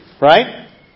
Right